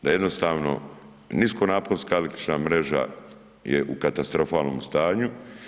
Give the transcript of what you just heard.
Da jednostavno niskonaponska električna mreža je u katastrofalnom stanju.